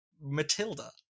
matilda